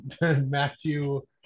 Matthew